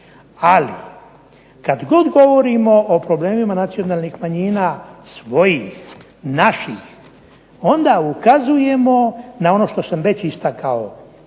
Ali kada god govorimo o problemima nacionalnih manjina svojih, naših onda ukazujemo na ono što sam već istakao,